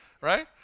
Right